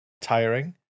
tiring